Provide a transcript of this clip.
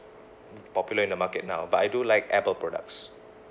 popular in the market now but I do like Apple products